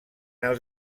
els